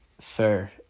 fair